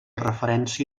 referència